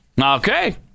Okay